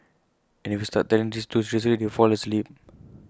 and if you start telling this too seriously they fall asleep